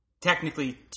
Technically